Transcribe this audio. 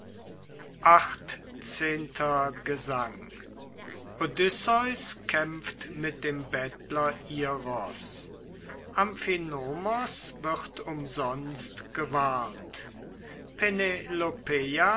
xviii gesang odysseus kämpft mit dem bettler iros amphinomos wird umsonst gewarnt